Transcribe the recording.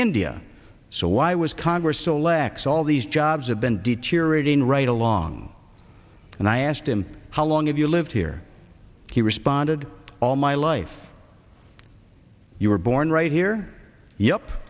india so why was congress so lax all these jobs have been deteriorating right along and i asked him how long have you lived here he responded all my life you were born right here y